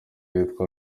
yitwa